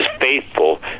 faithful